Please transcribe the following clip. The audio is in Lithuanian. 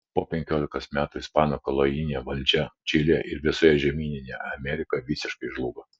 po penkiolikos metų ispanų kolonijinė valdžia čilėje ir visoje žemyninėje amerikoje visiškai žlugo